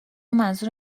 منظور